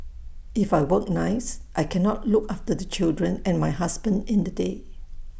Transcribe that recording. if I work nights I cannot look after the children and my husband in the day